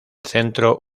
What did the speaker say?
centro